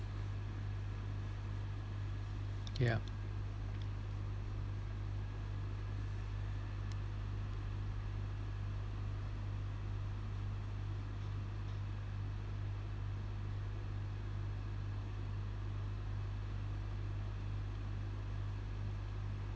yup